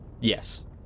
Yes